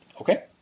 okay